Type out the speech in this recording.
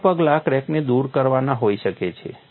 અન્ય પગલાં ક્રેકને દુર કરવાના હોઈ શકે છે